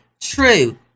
True